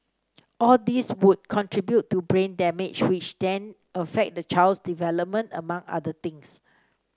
all these would contribute to brain damage which then affect the child's development among other things